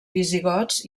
visigots